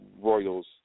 Royals